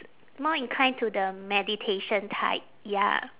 more inclined to the meditation type ya